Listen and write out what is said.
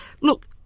Look